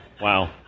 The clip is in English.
Wow